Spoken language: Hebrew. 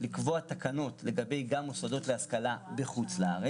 לקבוע תקנות לגבי מוסדות להשכלה בחו"ל,